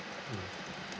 mmhmm